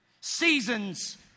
Seasons